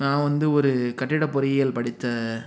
நான் வந்து ஒரு கட்டிட பொறியியல் படித்த